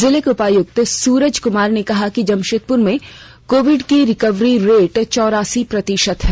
जिले के उपायुक्त सूरज कुमार ने कहा कि जमशेदपुर में कोविड की रिकवरी रेट चौरासी प्रतिशत है